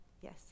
yes